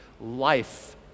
life